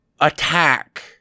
attack